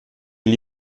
gli